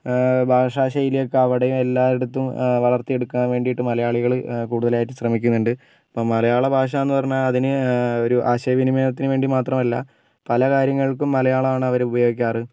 ഭാഷാശൈലി ഒക്കെ അവിടെയും എല്ലായിടത്തും വളർത്തിയെടുക്കാൻ വേണ്ടിയിട്ട് മലയാളികൾ കൂടുതലായിട്ടും ശ്രമിക്കുന്നുണ്ട് ഇപ്പം മലയാള ഭാഷ എന്ന് പറഞ്ഞാൽ അതിന് ഒരു ആശയവിനിമയത്തിന് വേണ്ടി മാത്രമല്ല പല കാര്യങ്ങൾക്കും മലയാളമാണ് അവർ ഉപയോഗിക്കാറ്